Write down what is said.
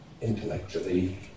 Intellectually